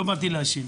לא באתי להאשים,